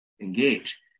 engage